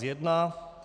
1.